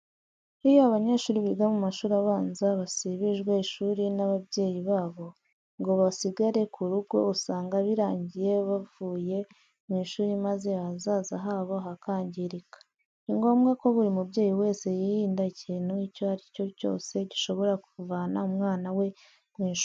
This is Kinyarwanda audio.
Iyo abanyeshuri biga mu mashuri abanza basibijwe ishuri n'ababyeyi babo ngo basigare ku rugo, usanga birangiye bavuye mu ishuri maze ahazaza habo hakangirika. Ni ngombwa ko buri mubyeyi wese yirinda ikintu icyo ari cyo cyose gishobora kuvana umwana we mu ishuri.